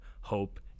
hope